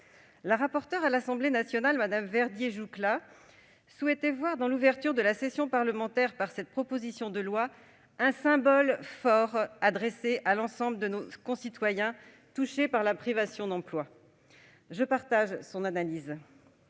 La rapporteure du texte à l'Assemblée nationale, Mme Verdier-Jouclas, souhaitait voir dans l'ouverture de la session parlementaire par l'examen de ce texte un « symbole fort adressé à l'ensemble de nos concitoyens touchés par la privation d'emploi ». Je partage son analyse.